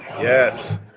Yes